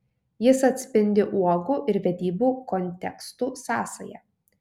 jis atspindi uogų ir vedybų kontekstų sąsają